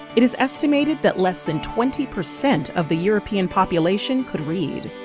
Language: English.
it is estimated that less than twenty percent of the european population could read.